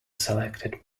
selected